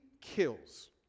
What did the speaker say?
kills